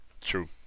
True